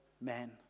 men